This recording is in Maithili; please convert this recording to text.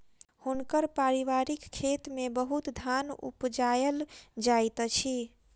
हुनकर पारिवारिक खेत में बहुत धान उपजायल जाइत अछि